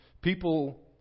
People